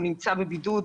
הוא נמצא בבידוד,